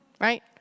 Right